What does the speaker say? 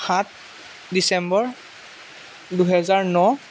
সাত ডিচেম্বৰ দুহেজাৰ ন